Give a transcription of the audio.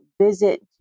visit